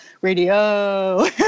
radio